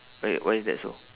why why is that so